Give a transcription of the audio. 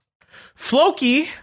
Floki